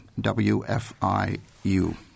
WFIU